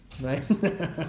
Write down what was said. right